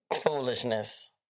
Foolishness